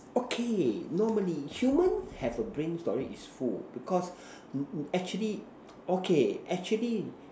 okay normally human have a brain storage it's full because actually okay actually